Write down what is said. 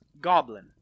GOBLIN